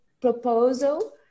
proposal